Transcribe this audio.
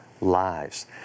lives